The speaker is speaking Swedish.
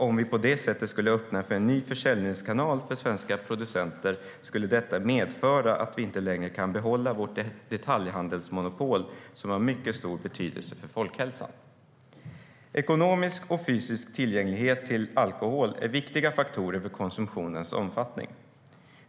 Om vi på det sättet skulle öppna för en ny försäljningskanal för svenska producenter skulle detta medföra att vi inte längre kunde behålla vårt detaljhandelsmonopol, som har mycket stor betydelse för folkhälsan. Ekonomisk och fysisk tillgänglighet till alkohol är viktiga faktorer för konsumtionens omfattning.